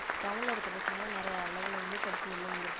டவுன்ல இருக்க பசங்கதான் நிறையா அளவில் வந்து படிச்சி வெளியில வந்திருப்பாங்க